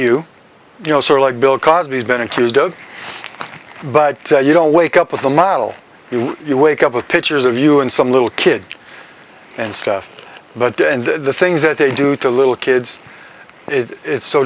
you know sort of like bill cosby has been accused of but you don't wake up with a mile you you wake up with pictures of you and some little kid and stuff but the and the things that they do to little kids it's so